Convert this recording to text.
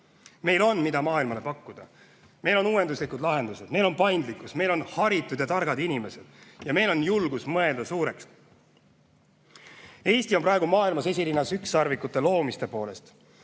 Meil on, mida maailmale pakkuda. Meil on uuenduslikud lahendused, meil on paindlikkus, meil on haritud ja targad inimesed ning meil on julgus mõelda suurelt. Eesti on praegu maailmas esirinnas ükssarvikute loomisel,